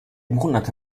monate